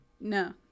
no